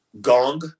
Gong